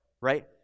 right